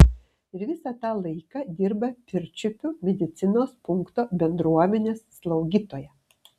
ir visą tą laiką dirba pirčiupių medicinos punkto bendruomenės slaugytoja